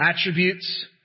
attributes